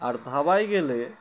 আর ধাবায় গেলে